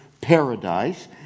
paradise